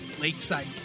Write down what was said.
Lakeside